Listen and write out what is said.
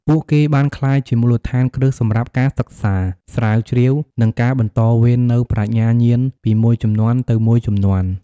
ពួកគេបានក្លាយជាមូលដ្ឋានគ្រឹះសម្រាប់ការសិក្សា ស្រាវជ្រាវ និងការបន្តវេននូវប្រាជ្ញាញាណពីមួយជំនាន់ទៅមួយជំនាន់។